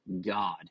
God